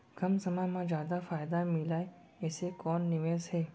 कम समय मा जादा फायदा मिलए ऐसे कोन निवेश हे?